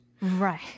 Right